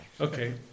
Okay